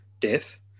death